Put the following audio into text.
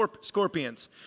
scorpions